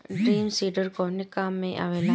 Drum seeder कवने काम में आवेला?